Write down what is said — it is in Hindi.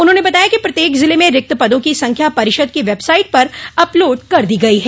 उन्होंने बताया कि प्रत्येक जिले में रिक्त पदों की संख्या परिषद की वेबसाइट पर अपलोड कर दी गई है